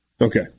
Okay